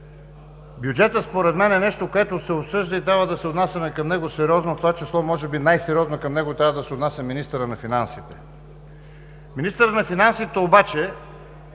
бюджетът според мен е нещо, което се обсъжда и трябва да се отнасяме към него сериозно. В това число може би най-сериозно към него трябва да се отнася министърът на финансите. Министърът на финансите обаче